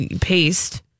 paste